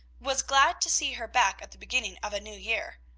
was glad to see her back at the beginning of a new year.